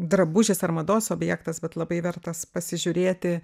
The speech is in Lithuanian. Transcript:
drabužis ar mados objektas bet labai vertas pasižiūrėti